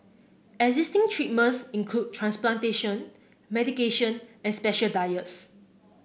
existing treatments include transplantation medication and special diets